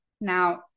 Now